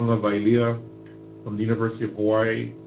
avegalio from the university of hawaii.